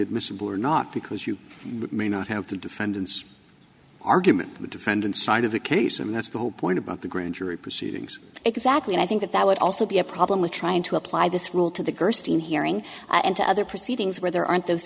admissible or not because you may not have the defendant's argument the defendant's side of the case and that's the whole point about the grand jury proceedings exactly and i think that that would also be a problem with trying to apply this rule to the gerstein hearing and to other proceedings where there aren't those